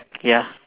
ya